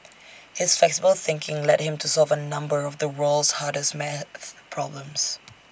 his flexible thinking led him to solve A number of the world's hardest math problems